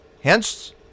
Hence